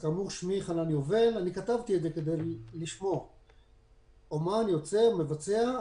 כאמור, שמי חנן יובל, אני אומן, יוצר, מבצע.